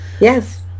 Yes